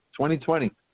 2020